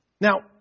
Now